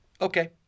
okay